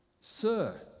sir